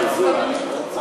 יש, ויש מסתננים.